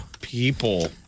people